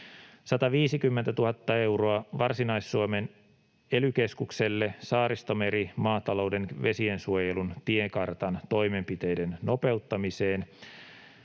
150 000 euroa Varsinais-Suomen ely-keskukselle, Saaristomeren maatalouden vesiensuojelun tiekartan toimenpiteiden nopeuttamiseen